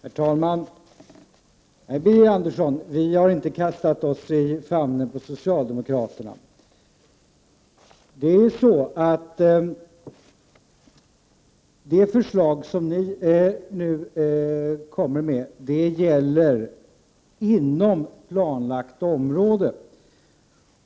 Herr talman! Nej, Birger Andersson, vi har inte kastat oss i famnen på socialdemokraterna. Det förslag som centern nu kommer med gäller inom planlagt område.